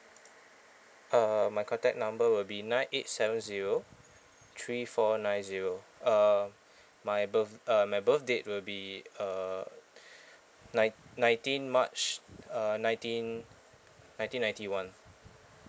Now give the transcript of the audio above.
uh my contact number will be nine eight seven zero three four nine zero uh my birth uh my birth date will be uh nine nineteen march uh nineteen nineteen ninety one